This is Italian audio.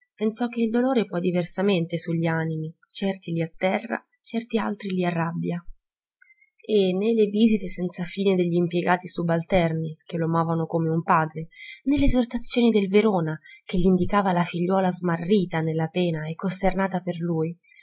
pensò che il dolore può diversamente su gli animi certi li atterra certi altri li arrabbia e né le visite senza fine degli impiegati subalterni che lo amavano come un padre né le esortazioni del verona che gl'indicava la figliuola smarrita nella pena e costernata per lui